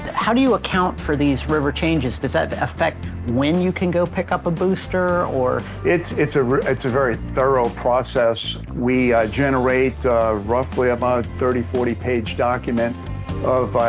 how do you account for these river changes? does that effect when you can go pick up a booster, or? it's-it's a very thorough process. we, ah, generate roughly about thirty forty page document of, ah,